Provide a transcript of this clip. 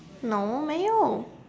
no 没有